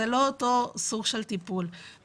זה לא אותו סוג של טיפול.